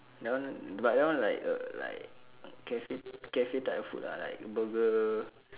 that one but that one like a like cafe cafe type of food like burger